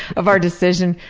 of our decision,